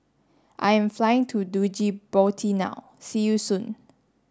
I am flying to Djibouti now see you soon